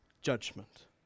judgment